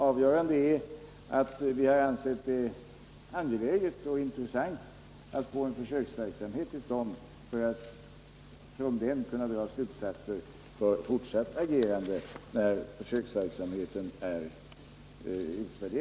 Avgörande är att vi har ansett det angeläget och intressant att få en försöksverksamhet, för att när den är utvärderad kunna dra slutsatser för fortsatt agerande.